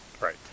Right